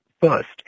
first